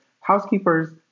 housekeepers